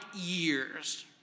years